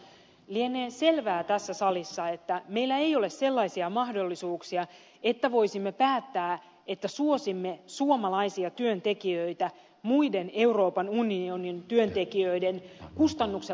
lienee selvää tässä salissa että meillä ei ole sellaisia mahdollisuuksia että voisimme päättää että suosimme suomalaisia työntekijöitä muiden euroopan unionin työntekijöiden kustannuksella